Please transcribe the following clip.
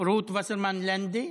רות וסרמן לנדה.